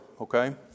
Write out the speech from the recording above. okay